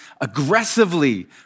aggressively